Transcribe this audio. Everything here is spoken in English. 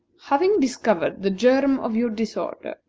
having discovered the germ of your disorder,